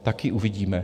Taky uvidíme.